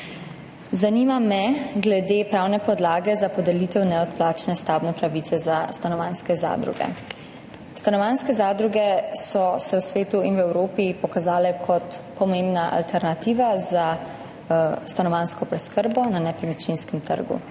Zanima me glede pravne podlage za podelitev neodplačne stavbne pravice za stanovanjske zadruge. Stanovanjske zadruge so se v svetu in v Evropi pokazale kot pomembna alternativa za stanovanjsko preskrbo na nepremičninskem trgu.